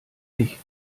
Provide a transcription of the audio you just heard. dich